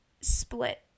split